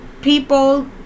people